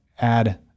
add